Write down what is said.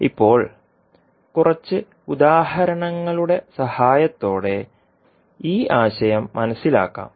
ഇപ്പോൾ കുറച്ച് ഉദാഹരണങ്ങളുടെ സഹായത്തോടെ ഈ ആശയം മനസിലാക്കാം